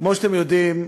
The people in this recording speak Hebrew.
כמו שאתם יודעים,